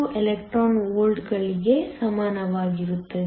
42 electron ವೋಲ್ಟ್ಗಳಿಗೆ ಸಮಾನವಾಗಿರುತ್ತದೆ